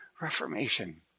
reformation